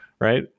Right